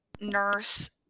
nurse